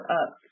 up